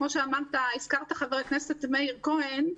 כפי שהזכיר חבר הכנסת מאיר כהן,